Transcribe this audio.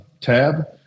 tab